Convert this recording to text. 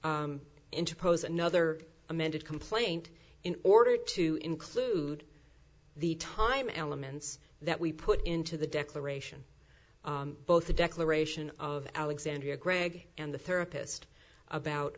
into prose another amended complaint in order to include the time elements that we put into the declaration both the declaration of alexandria greg and the therapist about